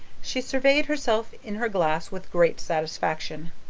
she surveyed herself in her glass with great satisfaction.